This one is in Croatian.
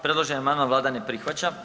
Predloženi amandman vlada ne prihvaća.